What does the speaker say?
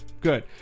good